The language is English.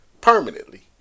permanently